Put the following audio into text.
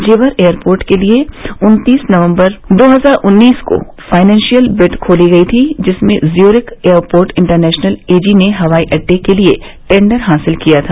जेवर एयरपोर्ट के लिये उत्तीस नवम्बर दो हजार उन्नीस को फाइनेशियल दिड खोली गई थी इसमें ज्यूरिख एयरपोर्ट इंटरनेशनल एजी ने हवाई अड्डे के लिये टेंडर हासिल किया था